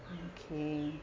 okay